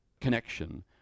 connection